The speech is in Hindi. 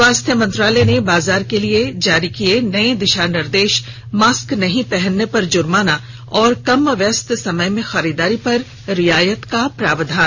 स्वास्थ्य मंत्रालय ने बाजार के लिए जारी किये नए दिशा निर्देश मास्क नहीं पहनने पर जुर्माना और कम व्यस्त समय में खरीदारी पर रियायत का प्रावधान